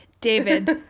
David